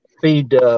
Feed